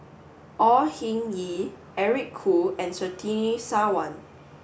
Au Hing Yee Eric Khoo and Surtini Sarwan